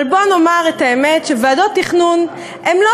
אבל בואו נאמר את האמת שוועדות תכנון הן לא